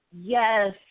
yes